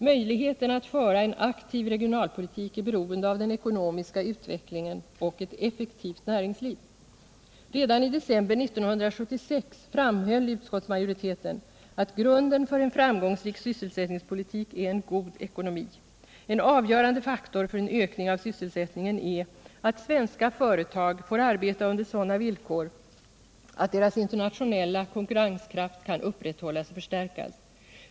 Möjligheten att föra en aktiv regionalpolitik är beroende av den ekonomiska utvecklingen och ett effektivt näringsliv. Redan i december 1976 framhöll utskottsmajoriteten att grunden för en framgångsrik sysselsättningspolitik är en god ekonomi. En avgörande faktor för en ökning av sysselsättningen är att svenska företag får arbeta under sådana villkor att deras internationella konkurrenskraft kan upprätthållas och förstärkas.